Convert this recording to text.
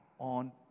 On